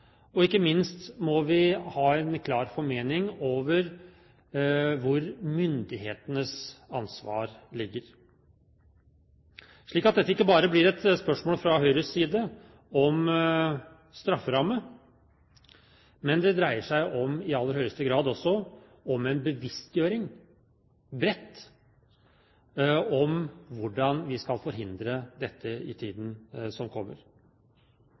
og ikke minst må vi ha en klar formening om hvor myndighetenes ansvar ligger, slik at dette ikke bare blir et spørsmål fra Høyres side om strafferammen. Det dreier seg i aller høyeste grad også om en bevisstgjøring, bredt, om hvordan vi skal forhindre dette i tiden som kommer.